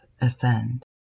ascend